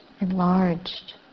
enlarged